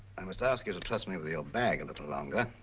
i must ask you to trust me with your bag a little longer.